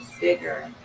bigger